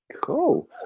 Cool